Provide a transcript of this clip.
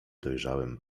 dojrzałem